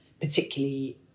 particularly